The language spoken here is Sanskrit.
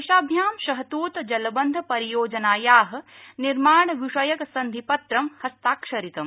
देशाभ्यां शहतूत जलबन्ध परियोजनाया निर्माणविषयक सन्धिपत्रं हस्ताक्षरितम्